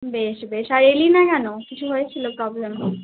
বেশ বেশ আর এলি না কেন কিছু হয়েছিলো প্রবলেম